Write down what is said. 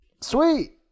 Sweet